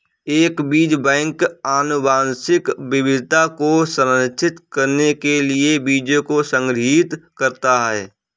एक बीज बैंक आनुवंशिक विविधता को संरक्षित करने के लिए बीजों को संग्रहीत करता है